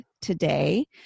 today